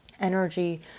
energy